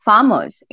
Farmers